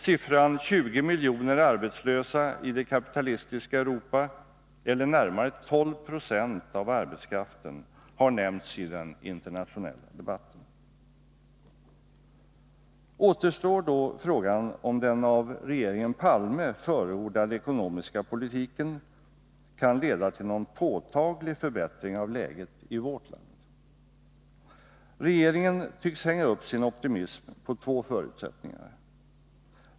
Siffran 20 miljoner arbetslösa i det kapitalistiska Europa eller närmare 12 20 av arbetskraften har nämnts i den internationella debatten. Återstår då frågan om den av regeringen Palme förordade ekonomiska politiken kan leda till någon påtaglig förbättring av läget i vårt land. Regeringen tycks hänga upp sin optimism på två förutsättningar.